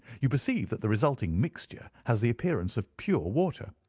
you perceive that the resulting mixture has the appearance of pure water.